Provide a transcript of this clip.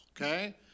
okay